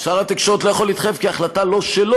שר התקשורת יכול להתחייב שהוא יעשה הכול?